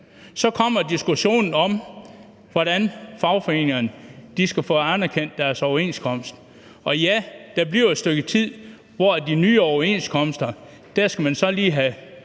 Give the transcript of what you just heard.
Så kommer diskussionen om, hvordan fagforeningerne skal få anerkendt deres overenskomst. Og ja, der bliver et stykke tid, hvor de nye overenskomster så lige skal